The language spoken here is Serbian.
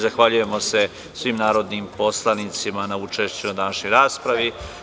Zahvaljujem se svim narodnim poslanicima na učešću u današnjoj raspravi.